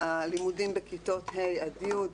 הלימודים בכיתות ה' עד י',